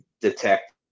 detect